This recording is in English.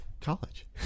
College